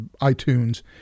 iTunes